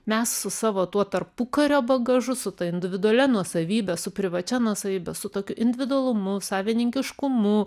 mes su savo tuo tarpukario bagažu su ta individualia nuosavybe su privačia nuosavybe su tokiu individualumu savininkiškumu